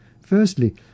Firstly